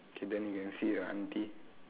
K then you can see a auntie